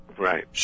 Right